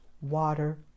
Water